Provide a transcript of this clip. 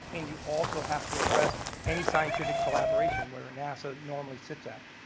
and you also have to address any scientific collaboration where nasa normally sits at.